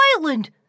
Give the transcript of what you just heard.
Island